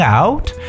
out